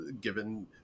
given